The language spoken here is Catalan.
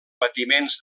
patiments